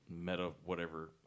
meta-whatever